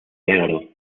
negro